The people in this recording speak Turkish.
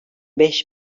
beş